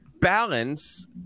balance